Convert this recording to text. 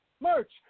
merch